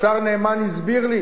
השר נאמן הסביר לי